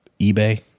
eBay